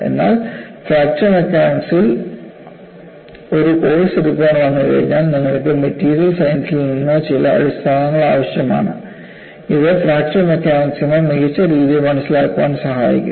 എന്നാൽ ഫ്രാക്ചർ മെക്കാനിക്സിൽ ഒരു കോഴ്സ് എടുക്കാൻ വന്നുകഴിഞ്ഞാൽ നിങ്ങൾക്ക് മെറ്റീരിയൽ സയൻസിൽ നിന്ന് ചില അടിസ്ഥാനങ്ങൾ ആവശ്യമാണ് ഇത് ഫ്രാക്ചർ മെക്കാനിക്സിനെ മികച്ച രീതിയിൽ മനസ്സിലാക്കാൻ സഹായിക്കും